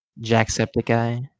jacksepticeye